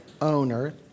owner